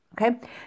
Okay